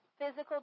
Physical